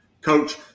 Coach